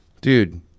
dude